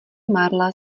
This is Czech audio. marla